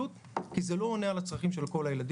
ככה מכונה מה שאנחנו מכנים,